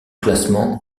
classement